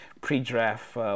pre-draft